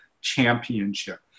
Championship